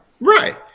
Right